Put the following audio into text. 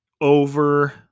over